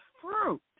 fruit